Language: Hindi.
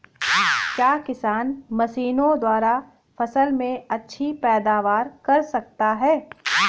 क्या किसान मशीनों द्वारा फसल में अच्छी पैदावार कर सकता है?